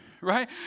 Right